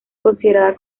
considerada